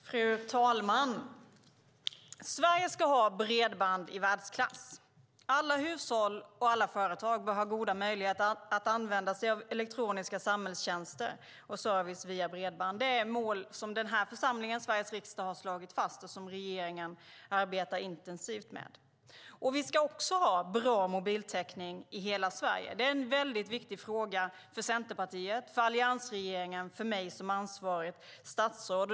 Fru talman! Sverige ska ha bredband i världsklass. Alla hushåll och alla företag bör ha goda möjligheter att använda sig av elektroniska samhällstjänster och service via bredband. Det är mål som den här församlingen, Sveriges riksdag, har slagit fast och som regeringen arbetar intensivt med. Vi ska också ha bra mobiltäckning i hela Sverige. Det är en viktig fråga för Centerpartiet, för alliansregeringen och för mig som ansvarigt statsråd.